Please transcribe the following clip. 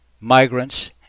migrants